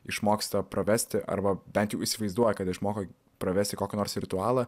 išmoksta pravesti arba bent jau įsivaizduoja kad žmogui pravesti kokį nors ritualą